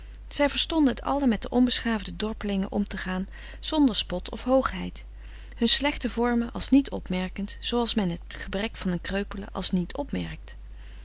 zij verstonden het allen met de onbeschaafde dorpelingen om te gaan zonder spot of hoogheid hun slechte vormen als niet opmerkend zooals men het gebrek van een kreupele als niet opmerkt